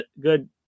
Good